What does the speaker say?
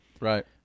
right